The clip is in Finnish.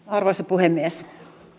arvoisa puhemies